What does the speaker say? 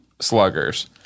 sluggers